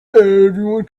everyone